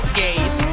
gays